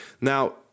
Now